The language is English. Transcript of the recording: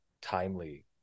timely